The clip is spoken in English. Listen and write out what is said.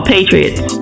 Patriots